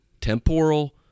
temporal